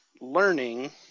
learning